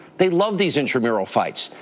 they love these intramural fights.